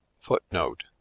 footnote